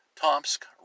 Tomsk